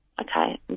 Okay